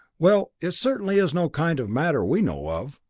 well it certainly is no kind of matter we know of!